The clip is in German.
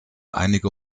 einige